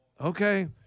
Okay